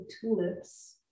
tulips